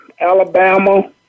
Alabama